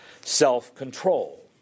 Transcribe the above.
self-control